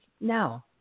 no